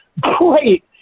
Great